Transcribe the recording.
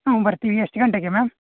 ಹ್ಞೂಂ ಬರ್ತೀವಿ ಎಷ್ಟು ಗಂಟೆಗೆ ಮ್ಯಾಮ್